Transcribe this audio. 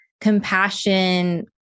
compassion